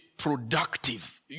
productive